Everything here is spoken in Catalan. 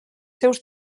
seus